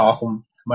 6 metre ஆகும்